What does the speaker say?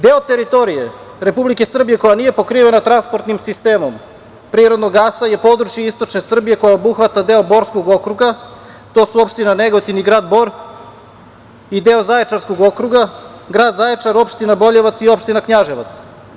Deo teritorije Republike Srbije, koja nije pokrivena transportnim sistemom prirodnog gasa je područje istočne Srbije, koje obuhvata deo Borskog okruga, i to su opština Negotin i grad Bor i deo Zaječarskog okruga, grad Zaječar i opština Boljevac, i opština Knjaževac.